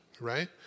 Right